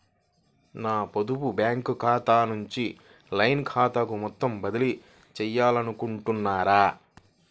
నా పొదుపు బ్యాంకు ఖాతా నుంచి లైన్ ఖాతాకు మొత్తం బదిలీ చేయాలనుకుంటున్నారా?